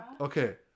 Okay